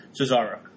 Cesaro